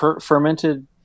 fermented